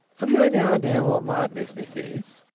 have you any idea what my business is?